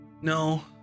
No